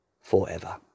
forever